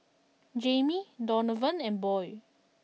Jamie Donavan and Boyd